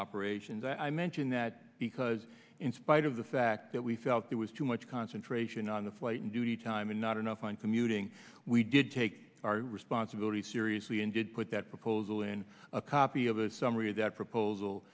operations i mention that because in spite of the fact that we felt it was too much concentration on the flight and duty time and not enough on commuting we did take our responsibility seriously and did put that proposal in a copy of a summary of that proposal